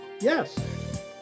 yes